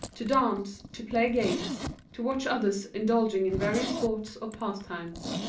to dance, to play games, to watch others indulging in various sports or pastimes.